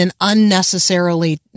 unnecessarily